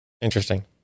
interesting